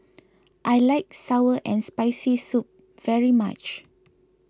I like Sour and Spicy Soup very much